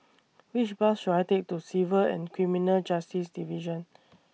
Which Bus should I Take to Civil and Criminal Justice Division